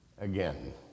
again